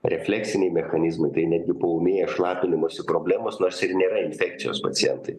refleksiniai mechanizmai brei netgi paūmėja šlapinimosi problemos nors ir nėra infekcijos pacientai